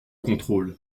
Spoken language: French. contrôle